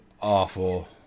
awful